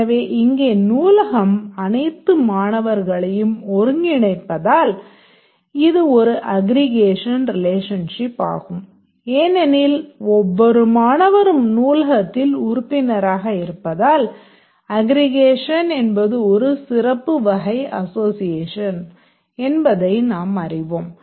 எனவே இங்கே நூலகம் அனைத்து மாணவர்களையும் ஒருங்கிணைப்பதால் இது ஒரு அக்ரிகேஷன் ரிலேஷன்ஷிப் ஆகும் ஏனெனில் ஒவ்வொரு மாணவரும் நூலகத்தில் உறுப்பினராக இருப்பதால் அக்ரிகேஷன் என்பது ஒரு சிறப்பு வகை அசோசியேஷன் என்பதை நாம் அறிவோம்